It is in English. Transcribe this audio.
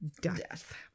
death